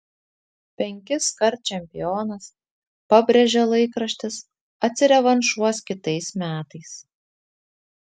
penkiskart čempionas pabrėžė laikraštis atsirevanšuos kitais metais